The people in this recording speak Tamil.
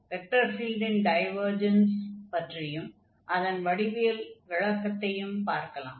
வெக்டர் ஃபீல்டின் டைவர்ஜன்ஸ் பற்றியும் அதன் வடிவியல் விளக்கத்தையும் பார்க்கலாம்